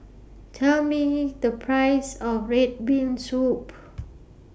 Tell Me The Price of Red Bean Soup